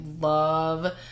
love